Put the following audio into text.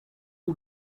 all